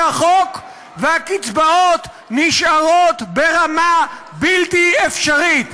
החוק והקצבאות נשארות ברמה בלתי אפשרית.